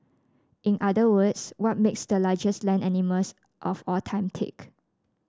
in other words what makes the largest land animals of all time tick